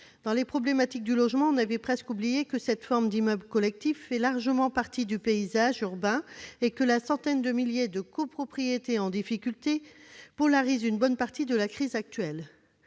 Dans les problématiques du logement, on avait presque oublié que cette forme d'immeuble collectif fait largement partie du paysage urbain et que la centaine de milliers de copropriétés en difficulté polarise une bonne partie de la crise actuelle.